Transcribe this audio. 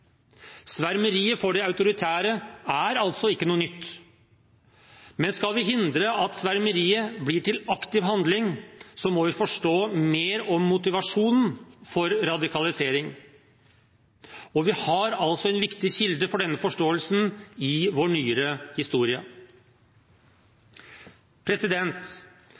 Svermeriet for det autoritære er altså ikke noe nytt, men skal vi hindre at svermeriet blir til aktiv handling, må vi forstå mer om motivasjonen for radikalisering. Vi har altså en viktig kilde for denne forståelsen i vår